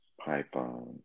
Python